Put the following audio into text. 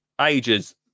Ages